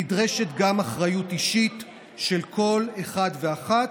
נדרשת גם אחריות אישית של כל אחד ואחת,